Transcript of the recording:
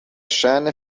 شأن